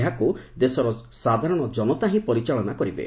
ଏହାକୁ ଦେଶର ସାଧାରଣ ଜନତା ହିଁ ପରିଚାଳନା କରିବେ